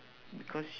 because